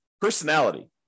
personality